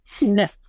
No